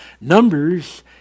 numbers